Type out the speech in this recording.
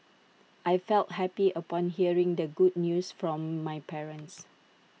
I felt happy upon hearing the good news from my parents